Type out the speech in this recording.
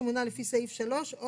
סעיף 4: